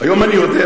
היום אני יודע